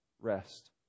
Rest